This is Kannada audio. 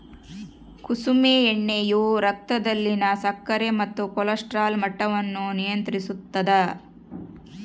ಕುಸುಮೆ ಎಣ್ಣೆಯು ರಕ್ತದಲ್ಲಿನ ಸಕ್ಕರೆ ಮತ್ತು ಕೊಲೆಸ್ಟ್ರಾಲ್ ಮಟ್ಟವನ್ನು ನಿಯಂತ್ರಿಸುತ್ತದ